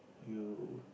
you